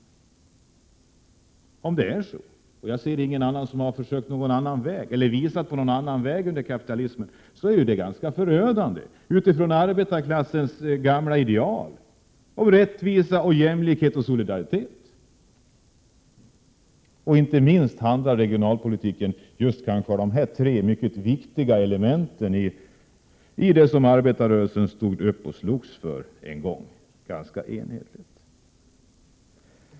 Om så är fallet — mig veterligt har någon annan väg inom kapitalismen varken försökts eller visats — är ju det förödande om man ser till arbetarklassens gamla ideal: rättvisa, jämlikhet och solidaritet. Regionalpolitik handlar inte minst om dessa tre mycket viktiga element som en gång arbetarrörelsen enhälligt stod upp och slogs för.